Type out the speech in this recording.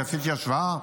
כי עשיתי השוואה,